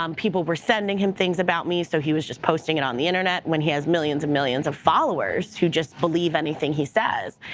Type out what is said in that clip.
um people were sending him things about me, so he was just posting it on the internet. when he has millions and millions of followers, who just believe anything he says,